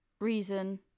reason